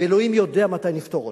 ואלוהים יודע מתי נפתור אותה.